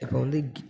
இப்போ வந்து